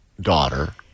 daughter